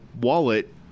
wallet